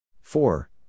four